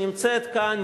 שנמצאת כאן,